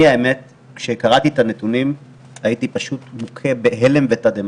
כשקראתי את הנתונים הייתה מוכה בהלם ותדהמה.